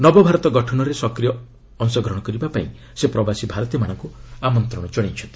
ନବଭାରତ ଗଠନରେ ସକ୍ରିୟ ଅଂଶଗ୍ରହଣ କରିବାକୁ ସେ ପ୍ରବାସୀ ଭାରତୀୟମାନଙ୍କୁ ଆମନ୍ତ୍ରଣ କରିଚ୍ଛନ୍ତି